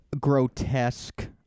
grotesque